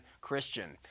Christian